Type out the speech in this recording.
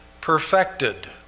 perfected